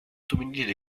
dominierte